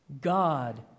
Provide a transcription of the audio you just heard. God